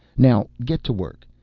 now get to work.